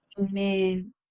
Amen